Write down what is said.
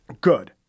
Good